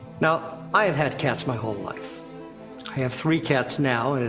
now, i've had cats my whole life. i have three cats now,